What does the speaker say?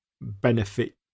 benefit